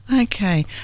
Okay